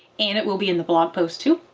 and it will be in the blog post, too.